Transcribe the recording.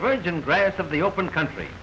virgin grass of the open country